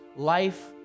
life